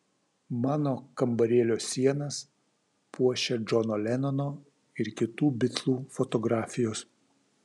mano kambarėlio sienas puošia džono lenono ir kitų bitlų fotografijos